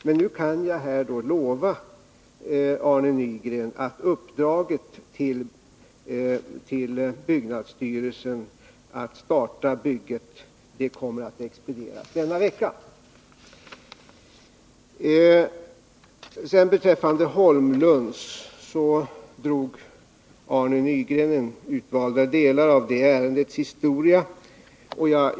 Men jag kan nu lova Arne Nygren att uppdraget till byggnadsstyrelsen att starta bygget kommer att expedieras denna vecka. Arne Nygren drog utvalda delar av Holmlunds Livs historia.